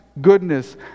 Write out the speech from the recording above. goodness